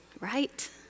right